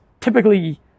typically